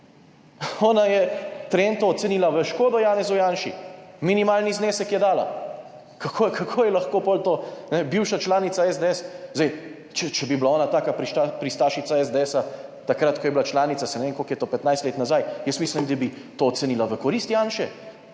ona je Trento ocenila v škodo Janezu Janši. Minimalni znesek je dala, kako je lahko potem to bivša članica SDS. Zdaj, če bi bila ona taka pristašica SDS takrat, ko je bila članica, saj ne vem, koliko je to, 15 let nazaj, jaz mislim, da bi to ocenila v korist Janše,